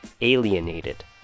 alienated